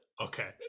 okay